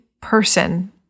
person